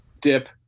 dip